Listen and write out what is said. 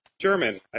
German